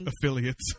Affiliates